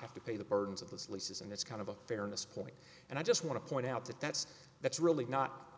have to pay the burdens of those leases and it's kind of a fairness point and i just want to point out that that's that's really not